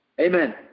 Amen